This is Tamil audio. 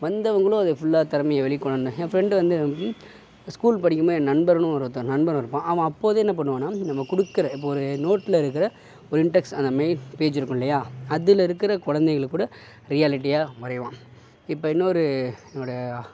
வந்தவர்களும் அதை ஃபுல்லாக திறமையை வெளிக்கொணர்ந்து என் ஃப்ரெண்ட் வந்து ஸ்கூல் படிக்கும் போது என் நண்பர்ன்னு ஒருத்தர் நண்பன் இருப்பான் அவன் அப்போதே என்ன பண்ணுவான்னால் நம்ம கொடுக்குற இப்போது ஒரு நோட்டில் இருக்கிற ஒரு இன்டெக்ஸ் அந்த மெயின் பேஜ் இருக்கும் இல்லையா அதில் இருக்கிற குழந்தைகளை கூட ரியாலிட்டியாக வரைவான் இப்போ இன்னொரு என்னோட